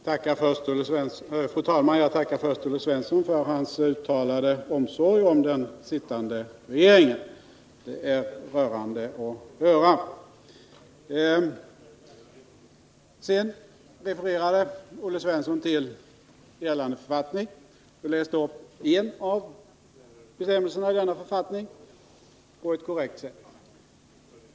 Fru talman! Jag vill börja med att tacka Olle Svensson för hans uttalade omsorg om den sittande regeringen. Det är rörande att höra. Sedan refererade Olle Svensson till gällande författning och läste upp en av bestämmelserna i denna på ett korrekt sätt.